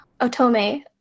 Otome